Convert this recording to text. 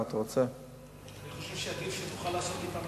אני חושב שכדאי לעשות את זה,